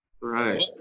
right